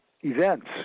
events